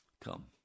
Come